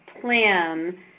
plan